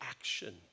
action